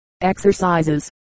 Exercises